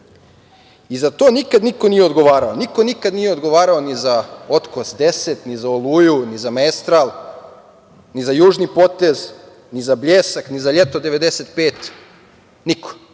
i za to niko nikad nije odgovara. Niko nikad nije odgovarao ni za otkos 10, ni za Oluju, ni za Maestral, ni za Južni potez, ni za Bljesak, ni za Ljeto 95. Niko,